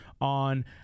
on